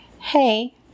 Hey